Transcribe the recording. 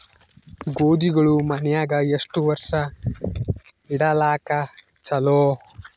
ಗೋಧಿಗಳು ಮನ್ಯಾಗ ಎಷ್ಟು ವರ್ಷ ಇಡಲಾಕ ಚಲೋ?